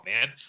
man